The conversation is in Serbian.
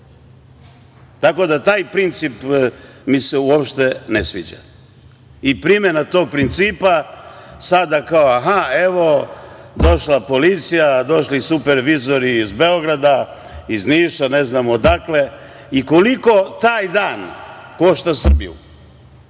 da, taj princip mi se uopšte ne sviđa i primena tog principa sada, kao, aha, evo došla policija, došli i supervizori iz Beograda, iz Niša, ne znam odakle, i koliko taj dan košta Srbiju?